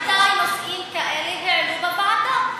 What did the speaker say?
אני שאלתי שאלה, מתי נושאים כאלה הועלו בוועדה?